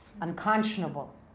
unconscionable